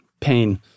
pain